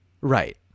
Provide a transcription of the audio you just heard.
Right